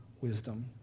wisdom